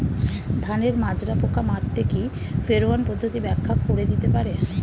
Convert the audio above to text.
ধানের মাজরা পোকা মারতে কি ফেরোয়ান পদ্ধতি ব্যাখ্যা করে দিতে পারে?